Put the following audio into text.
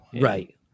Right